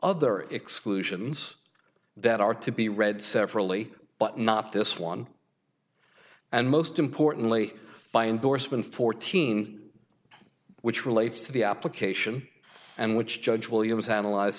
other exclusions that are to be read separately but not this one and most importantly by indorsement fourteen which relates to the application and which judge williams analyze